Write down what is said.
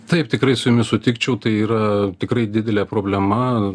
taip tikrai su jumis sutikčiau tai yra tikrai didelė problema